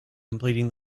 completing